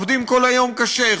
עובדים כל היום קשה,